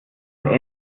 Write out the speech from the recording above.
kabel